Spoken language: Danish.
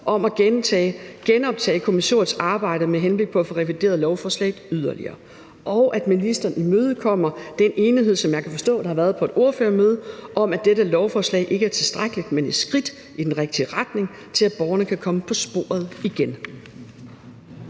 ud fra kommissoriet med henblik på at få revideret lovforslaget yderligere, og at ministeren imødekommer den enighed, som jeg kan forstå der har været på et ordførermøde, om, at dette lovforslag ikke er tilstrækkeligt, men et skridt i den rigtige retning, så borgerne kan komme på sporet igen.